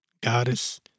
Goddess